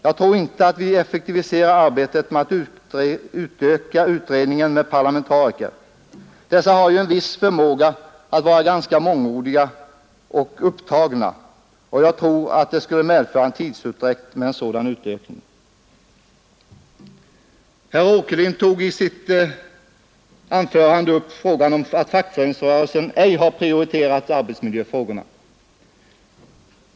Jag tror inte att vi effektiviserar arbetet med att utöka utredningen med parlamentariker; dessa har ju en viss förmåga att vara ganska mångordiga och upptagna, och jag tror att en sådan utökning skulle medföra tidsutdräkt. Herr Åkerlind sade att fackföreningsrörelsen inte prioriterat arbetsmiljöfrågorna.